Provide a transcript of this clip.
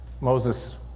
Moses